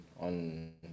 on